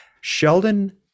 Sheldon